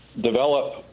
develop